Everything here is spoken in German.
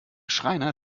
schreiner